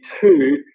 two